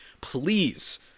Please